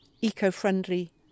eco-friendly